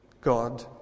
God